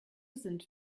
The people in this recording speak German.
sind